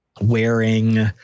wearing